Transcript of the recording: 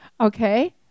Okay